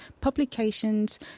Publications